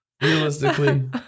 Realistically